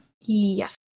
Yes